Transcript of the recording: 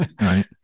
Right